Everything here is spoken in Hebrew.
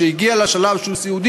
שהגיע לשלב שהוא סיעודי,